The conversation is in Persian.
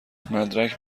مدرک